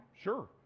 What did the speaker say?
Sure